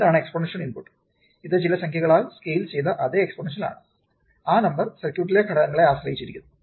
എന്താണ് exponential input ഇത് ചില സംഖ്യകളാൽ സ്കെയിൽ ചെയ്ത അതേ എക്സ്പോണൻഷ്യൽ ആണ് ആ നമ്പർ സർക്യൂട്ടിലെ ഘടകങ്ങളെ ആശ്രയിച്ചിരിക്കുന്നു